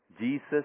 Jesus